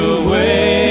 away